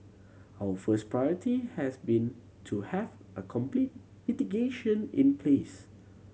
our first priority has been to have a complete mitigation in place